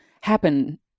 happen